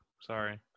Sorry